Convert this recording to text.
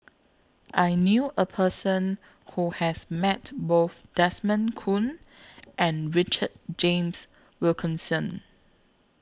I knew A Person Who has Met Both Desmond Kon and Richard James Wilkinson